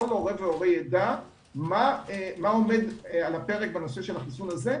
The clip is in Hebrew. כל הורה ידע מה עומד על הפרק בנושא של החיסון הזה.